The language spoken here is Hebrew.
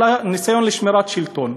אלא ניסיון לשמירת שלטון.